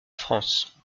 france